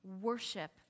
worship